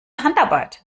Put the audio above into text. handarbeit